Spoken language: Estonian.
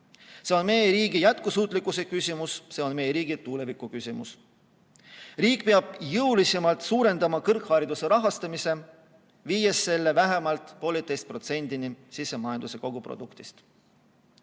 See on meie riigi jätkusuutlikkuse küsimus, see on meie riigi tuleviku küsimus. Riik peab jõulisemalt suurendama kõrghariduse rahastamist, viies selle vähemalt 1,5%‑ni sisemajanduse koguproduktist.